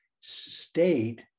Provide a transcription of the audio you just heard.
state